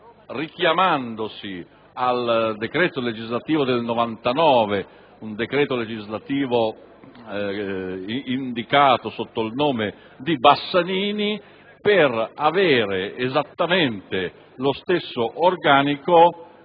richiamandosi al decreto legislativo n. 300 del 1999, indicato con il nome di Bassanini, per avere esattamente lo stesso organico